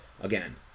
again